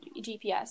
GPS